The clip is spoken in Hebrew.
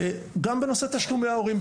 וגם בנושא תשלומי ההורים.